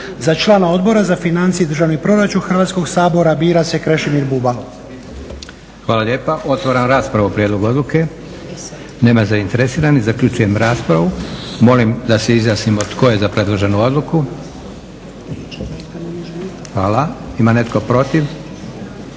Za člana Odbora za financije i državni proračun Hrvatskog sabora bira se Krešimir Bubalo. **Leko, Josip (SDP)** Hvala lijepa. Otvaram raspravu o prijedlogu odluke. Nema zainteresiranih. Zaključujem raspravu. Molim da se izjasnimo tko je za predloženu odluku? Hvala. Ima netko protiv?